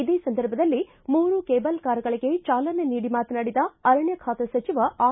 ಇದೇ ಸಂದರ್ಭದಲ್ಲಿ ಮೂರು ಕೇಬಲ್ ಕಾರ್ಗಳಿಗೆ ಚಾಲನೆ ನೀಡಿ ಮಾತನಾಡಿದ ಅರಣ್ಣ ಖಾತೆ ಸಚಿವ ಆರ್